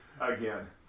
Again